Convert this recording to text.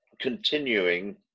continuing